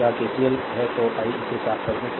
यह केसीएल है तो आई इसे साफ कर दूं